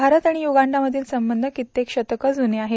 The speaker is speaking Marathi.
भारत आणि युगांडामधील संबंध कित्येक शतके जुने आहेत